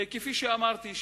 כפי שאמרתי,